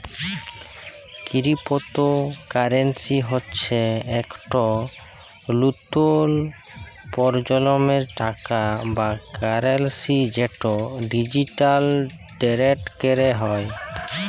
crypto currency হচ্যে ইকট লতুল পরজলমের টাকা বা কারেলসি যেট ডিজিটালি টেরেড ক্যরা হয়